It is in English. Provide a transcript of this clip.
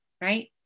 right